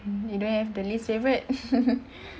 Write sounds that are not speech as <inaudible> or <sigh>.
you don't have the least favourite <laughs>